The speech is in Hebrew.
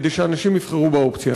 כדי שאנשים יבחרו באופציה הזאת.